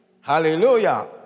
Hallelujah